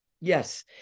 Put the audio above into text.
yes